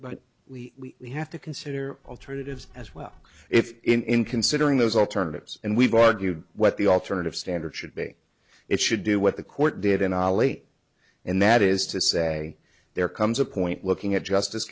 but we have to consider alternatives as well if in considering those alternatives and we've argued what the alternative standard should be it should do what the court did in ali and that is to say there comes a point looking at justice